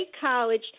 college